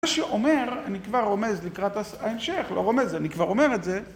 מה שאומר, אני כבר רומז לקראת ההמשך, לא רומז, אני כבר אומר את זה.